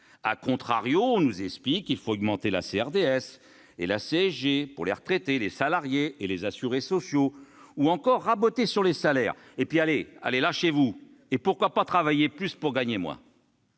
Au contraire, on nous explique qu'il faut augmenter la CRDS et la CSG, pour les retraités, les salariés et les assurés sociaux, ou encore raboter les salaires ! Et pourquoi pas travailler plus pour gagner moins ?